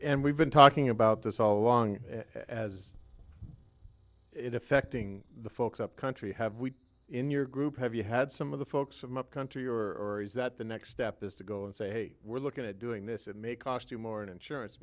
and we've been talking about this all along as it affecting the folks up country have in your group have you had some of the folks from upcountry or is that the next step is to go and say hey we're looking at doing this it may cost you more in insurance